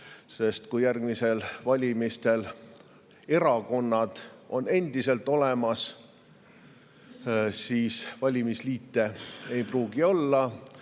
saa. Kui järgmistel valimistel erakonnad on endiselt olemas, siis valimisliite ei pruugi olla.